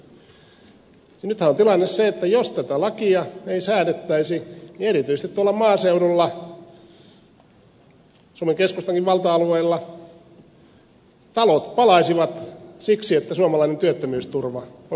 nythän on tilanne se että jos tätä lakia ei säädettäisi erityisesti tuolla maaseudulla suomen keskustankin valta alueilla talot palaisivat siksi että suomalainen työttömyysturva on näin monimutkaista